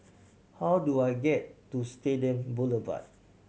how do I get to Stadium Boulevard